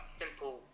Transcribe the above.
simple